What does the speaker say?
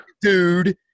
Dude